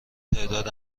تعداد